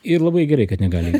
ir labai gerai kad negali